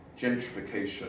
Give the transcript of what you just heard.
Gentrification